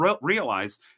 realize